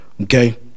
okay